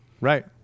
right